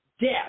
death